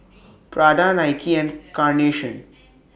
Prada Nike and Carnation